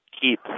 keep